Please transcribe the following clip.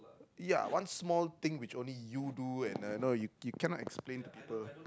ya one small thing which only you do and uh no you cannot explain to people